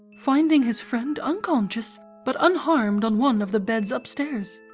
finding his friend unconscious but unharmed on one of the beds upstairs?